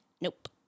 Nope